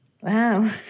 Wow